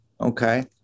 okay